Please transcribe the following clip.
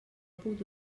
puc